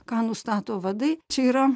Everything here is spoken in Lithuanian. ką nustato vadai čia yra